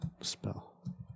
spell